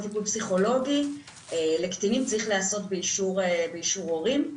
כל טיפול פסיכולוגי לקטינים צריך להיעשות באישור הורים.